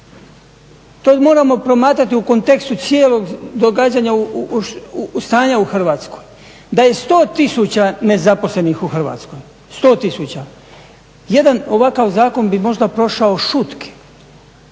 To moramo promatrati u kontekstu cijelog događanja stanja u Hrvatskoj. Da je 100 tisuća nezaposlenih u Hrvatskoj, jedan ovakav zakon bi možda prošao šutke,